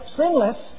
sinless